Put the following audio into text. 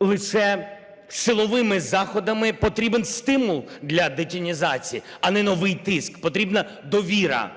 лише силовими заходами, потрібен стимул для детінізації, а не новий тиск, потрібна довіра,